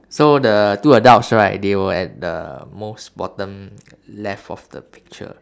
so the two adults right they were at the most bottom left of the picture